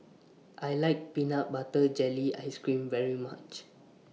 I like Peanut Butter Jelly Ice Cream very much